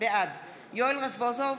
בעד יואל רזבוזוב,